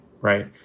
right